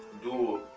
do